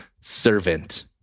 servant